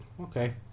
okay